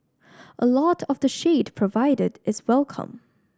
a lot of the shade provided is welcome